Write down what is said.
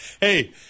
Hey